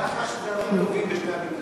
בהנחה שזה הורים טובים בשני המקרים?